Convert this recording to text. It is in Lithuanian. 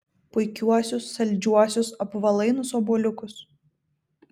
puikiuosius saldžiuosius apvalainus obuoliukus